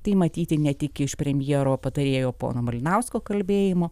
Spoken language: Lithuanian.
tai matyti ne tik iš premjero patarėjo pono malinausko kalbėjimo